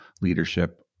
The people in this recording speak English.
leadership